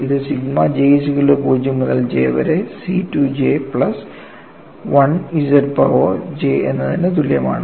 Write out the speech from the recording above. ഇത് sigma j 0 മുതൽ j വരെ C 2 j plus 1 z power j എന്നതിന് തുല്യമാണ്